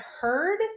heard